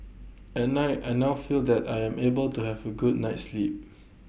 at night I now feel that I am able to have A good night's sleep